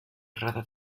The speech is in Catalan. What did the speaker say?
errada